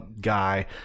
guy